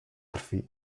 krwi